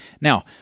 Now